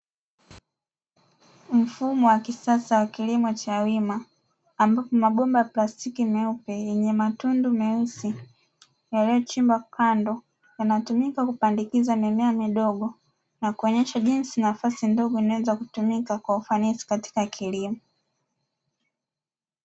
Mfumo wa kisasa wa kilimo cha wima ambapo mabomba ya plastiki meupe yenye matundu meusi yaliyochimbwa kando, yanatumika kupandikiza mimea midogo na kuonyesha jinsi nafasi ndogo inavoweza kutumika kwa ufanisi katika kilimo.